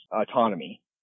autonomy